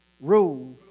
rule